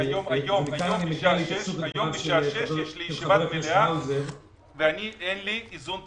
היום בשעה שש יש לי ישיבת מליאה ואני אין לי איזון תקציבי.